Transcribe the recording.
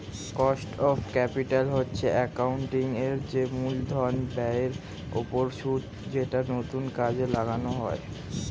cost of capital হচ্ছে accounting এর যে মূলধন ব্যয়ের ওপর সুদ যেটা নতুন কাজে লাগানো হয়